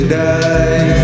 die